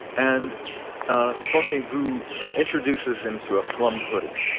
and ah fontgibu introduces him to a plum pudding.